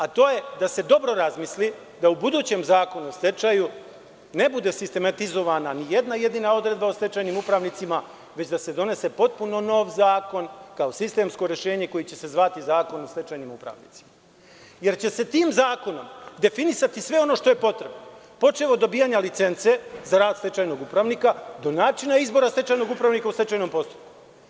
A to je da se dobro razmisli da u budućem zakonu o stečaju ne bude sistematizovana ni jedna jedina odredba o stečajnim upravnicima, već da se donese potpuno nov zakon, kao sistemsko rešenje koje će se zvati zakon o stečajnim upravnicima, jer će se tim zakonom definisati sve ono što je potrebno, počev od dobijanja licence za rad stečajnog upravnika, do načina izbora stečajnog upravnika u stečajnom postupku.